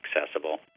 accessible